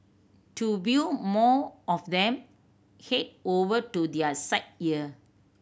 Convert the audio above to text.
to view more of them head over to their site here